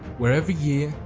where every year,